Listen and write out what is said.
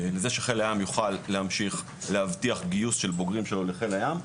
לזה שחיל הים יוכל להמשיך להבטיח גיוס של בוגרים שלו לחיל הים,